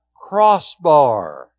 crossbar